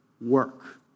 work